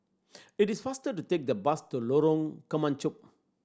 it is faster to take the bus to Lorong Kemunchup